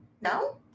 No